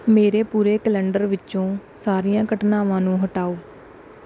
ਮੇਰੇ ਪੂਰੇ ਕੈਲੰਡਰ ਵਿੱਚੋਂ ਸਾਰੀਆਂ ਘਟਨਾਵਾਂ ਨੂੰ ਹਟਾਓ